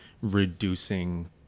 reducing